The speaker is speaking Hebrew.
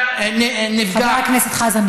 נפגע חבר הכנסת חזן,